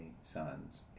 sons